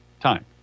time